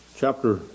Chapter